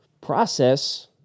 Process